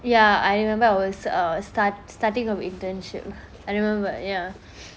ya I remember I was err start starting of internship I remember ya